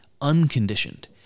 unconditioned